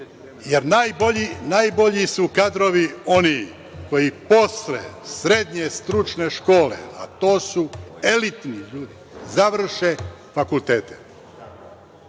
najbolji su kadrovi oni koji posle srednje stručne škole, a to su elitni, završe fakultete.